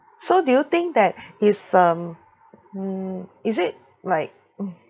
so do you think that is um mm is it like mm